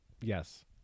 Yes